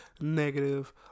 negative